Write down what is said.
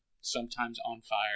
sometimes-on-fire